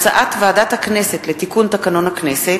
הצעת חוק לתיקון פקודת בריאות העם (הגבלת כהונה של אחיות ראשיות),